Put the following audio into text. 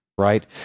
Right